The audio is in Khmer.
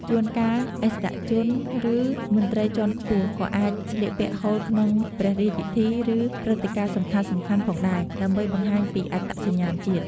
ជួនកាលឥស្សរជន ឬមន្ត្រីជាន់ខ្ពស់ក៏អាចស្លៀកពាក់ហូលក្នុងព្រះរាជពិធី ឬព្រឹត្តិការណ៍សំខាន់ៗផងដែរ ដើម្បីបង្ហាញពីអត្តសញ្ញាណជាតិ។